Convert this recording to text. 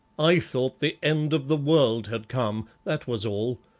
i thought the end of the world had come, that was all.